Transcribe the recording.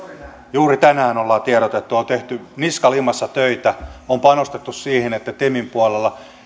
juuri tänään on tiedotettu on tehty niska limassa töitä on panostettu siihen että temin puolella